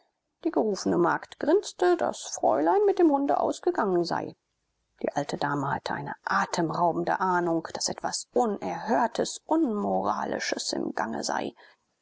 die gerufene magd grinste daß fräulein mit dem hunde ausgegangen sei die alte dame hatte eine atemraubende ahnung daß etwas unerhörtes unmoralisches im gange sei